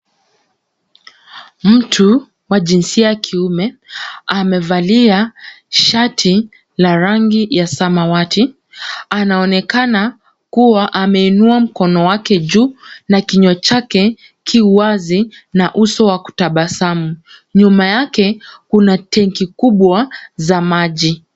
Mtu wa jinsia ya kiume amevalia shati la rangi ya samawati, anaonekana kuwa ameinua mkono wake juu na kinywa chake kiwazi na uso wa kutabasamu, nyuma yake kuna tanki kubwa za maji.